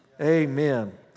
Amen